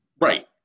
Right